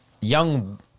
young